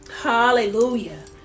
Hallelujah